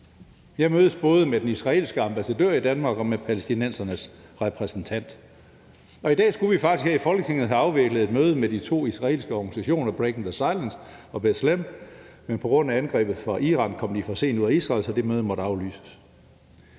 Jeg mødes med både den israelske ambassadør i Danmark og med palæstinensernes repræsentant, og i dag skulle vi faktisk her i Folketinget have afviklet et møde med de to israelske organisationer Breaking the Silence og B'Tselem, men på grund af angrebet fra Iran kom de for sent ud af Israel, så det møde måtte aflyses.